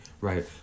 right